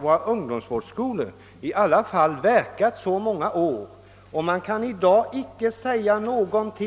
Våra ungdomsvårdsskolor har alla verkat i många år, men trots detta kan det inte lämnas